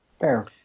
Fair